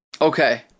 okay